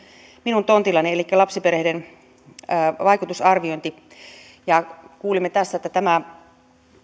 minun tontillani elikkä lapsiperheiden vaikutusarviointi kuulimme tässä että tämä